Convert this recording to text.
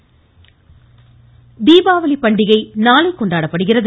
தீபாவளி தீபாவளி பண்டிகை நாளை கொண்டாடப்படுகிறது